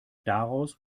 daraus